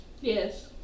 Yes